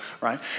right